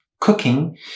cooking